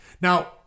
Now